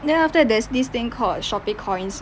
then after that there's this thing called shopee coins